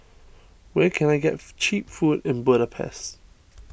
where can I get Cheap Food in Budapest